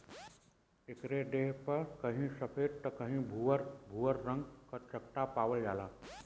एकरे देह पे कहीं सफ़ेद त कहीं भूअर भूअर रंग क चकत्ता पावल जाला